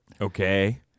okay